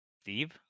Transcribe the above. Steve